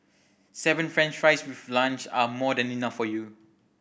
seven french fries with lunch are more than enough for you